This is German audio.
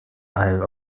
isle